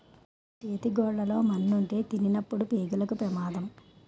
చేతి గోళ్లు లో మన్నుంటే తినినప్పుడు పేగులకు పెమాదం